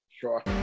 sure